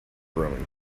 roman